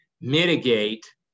mitigate